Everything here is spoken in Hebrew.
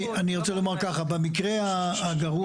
אני רוצה לומר ככה: במקרה הגרוע,